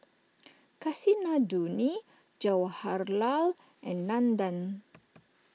Kasinadhuni Jawaharlal and Nandan